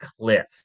cliff